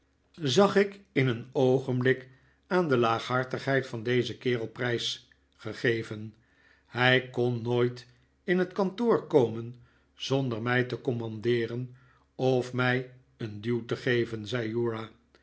zag ik in een oogenblik aan de laaghartigheid van dezen kerel prijsgegeven hij kon nooit in het kantoor komen zonder mij te commandeeren of mij een duw te geven zei